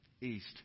East